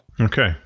Okay